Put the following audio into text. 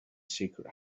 secret